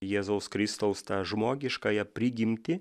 jėzaus kristaus tą žmogiškąją prigimtį